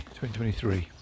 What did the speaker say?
2023